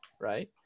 right